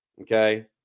okay